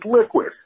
liquid